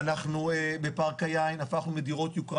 ואנחנו בפארק היין הפכנו מדירות יוקרה